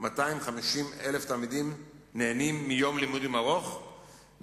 250,000 תלמידים נהנים מיום לימודים ארוך,